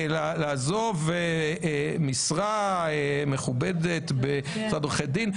לעזוב משרה מכובדת במשרד עורכי הדין.